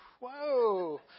whoa